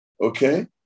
Okay